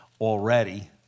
already